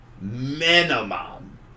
Minimum